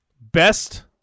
Best